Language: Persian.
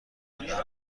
بودم